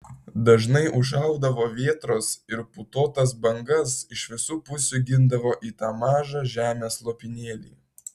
dažnai ūžaudavo vėtros ir putotas bangas iš visų pusių gindavo į tą mažą žemės lopinėlį